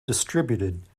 distributed